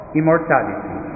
immortality